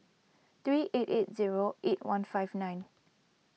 three eight eight zero eight one five nine